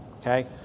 Okay